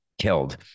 killed